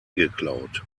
geklaut